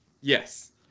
Yes